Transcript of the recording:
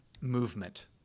movement